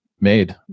made